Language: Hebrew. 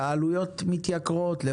אבל